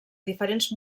diferents